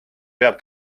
peab